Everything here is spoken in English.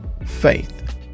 Faith